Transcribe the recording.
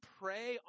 pray